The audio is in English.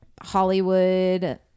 hollywood